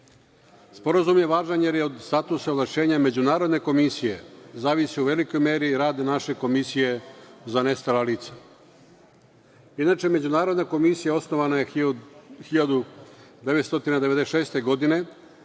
Sporazum je važan jer od statusnog ovlašćenja Međunarodne komisije zavisi u velikoj meri rad naše Komisije za nestala lica. Inače, Međunarodna komisija je osnovana 1996. godine,